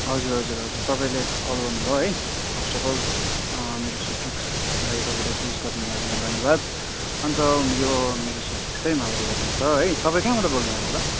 हजुर हजुर हजुर तपाईँले कल गर्नु भयो है फर्स्ट अफ अल मेरो सुकिक्सलाई तपाईँले चुज गरिदिनु भएकोमा धन्यवाद अन्त यो मेरो सुकिक्स चाहिँ मालबजारमा छ है तपाईँ कहाँबाट बोल्नु भएको होला